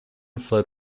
fled